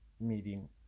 meeting